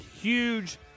huge